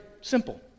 Simple